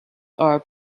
are